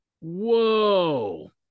Whoa